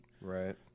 Right